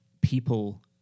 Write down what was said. people